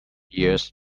ears